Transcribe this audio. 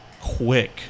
quick